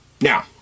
Now